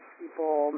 people